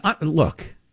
look